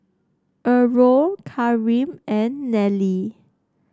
Errol Kareem and Nellie